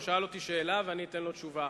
הוא שאל אותי שאלה ואני אתן לו תשובה.